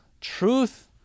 truth